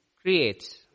creates